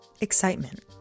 Excitement